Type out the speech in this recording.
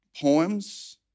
poems